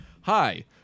Hi